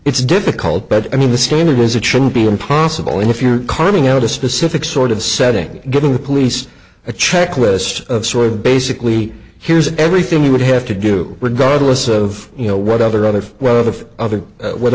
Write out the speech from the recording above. it's difficult but i mean the standard is it shouldn't be impossible if you're carving out a specific sort of setting given the police a checklist of sort of basically here's everything you would have to do regardless of you know what other other of the other what